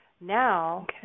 Now